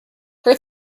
her